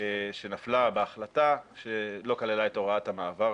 שנפלה בהחלטה שלא כללה את הוראת המעבר,